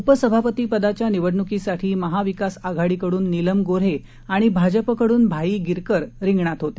उपसभापती पदाच्या निवडण्कीसाठी महाविकास आघाडीकडून नीलम गोन्हे आणि भाजपकडून भाई गिरकर रिंगणात होते